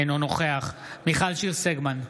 אינו נוכח מיכל שיר סגמן,